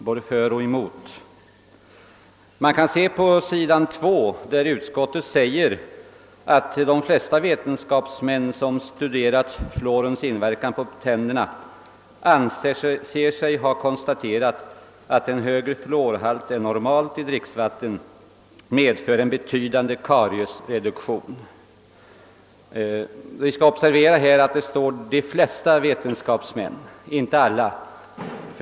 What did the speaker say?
På sidan 2 i sitt utlåtande yttrar utskottet: »De flesta vetenskapsmän, som studerat fluorens inverkan på tänderna, anser sig ha konstaterat att en högre fluorhalt än normalt i dricksvatten medför en betydande kariesreduktion.» Vi skall observera att det står »de flesta vetenskapsmän» och inte »alla».